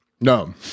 No